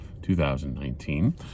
2019